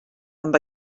amb